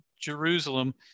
Jerusalem